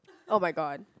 !oh-my-god!